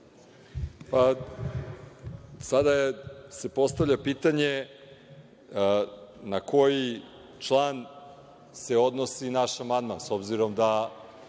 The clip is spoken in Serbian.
Sada se postavlja pitanje na koji član se odnosi naš amandman, s obzirom da